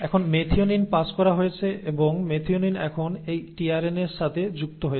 এখন methionine pass করা হয়েছে এবং মেথিওনিন এখন এই টিআরএনএর সাথে যুক্ত হয়েছে